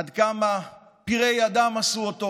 עד כמה פראי אדם עשו אותו